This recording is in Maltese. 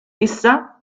issa